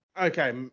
Okay